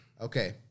Okay